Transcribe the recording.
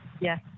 Yes